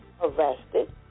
arrested